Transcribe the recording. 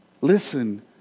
Listen